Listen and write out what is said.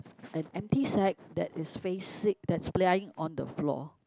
an empty sack that is facing that is lying on the floor